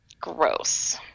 gross